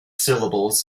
syllables